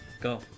Go